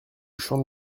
champ